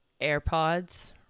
AirPods